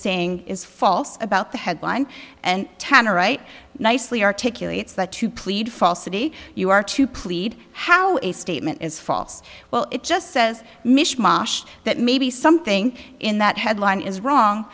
saying is false about the headline and tanner right nicely articulates that to plead falsity you are to plead how a statement is false well it just says mishmosh that maybe something in that headline is wrong